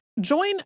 Join